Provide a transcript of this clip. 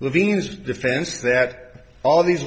levine's defense that all these